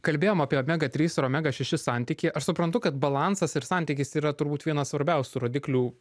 kalbėjom apie omega trys ir omega šeši santykį aš suprantu kad balansas ir santykis yra turbūt vienas svarbiausių rodiklių